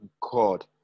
God